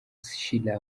schiller